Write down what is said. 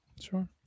sure